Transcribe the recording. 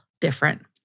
different